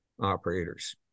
operators